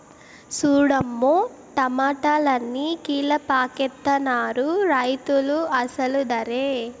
సూడమ్మో టమాటాలన్ని కీలపాకెత్తనారు రైతులు అసలు దరే